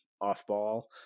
off-ball